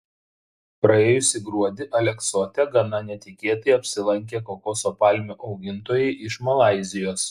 praėjusį gruodį aleksote gana netikėtai apsilankė kokoso palmių augintojai iš malaizijos